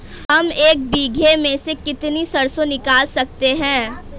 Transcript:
हम एक बीघे में से कितनी सरसों निकाल सकते हैं?